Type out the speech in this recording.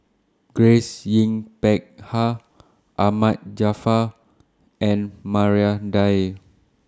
Grace Yin Peck Ha Ahmad Jaafar and Maria Dyer